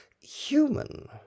human